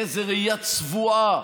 באיזו ראייה צבועה,